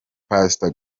pastor